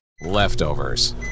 Leftovers